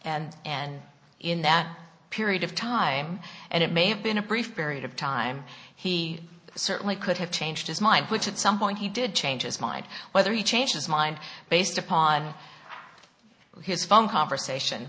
and and in that period of time and it may have been a brief period of time he certainly could have changed his mind which at some point he did change his mind whether he changed his mind based upon his phone conversation